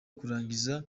kurangiza